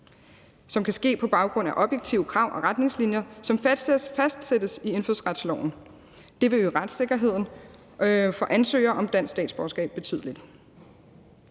som kan ske på baggrund af objektive krav og retningslinjer, som fastsættes i indfødsretsloven. Det vil øge retssikkerheden for ansøgere om dansk statsborgerskab betydeligt.